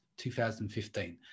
2015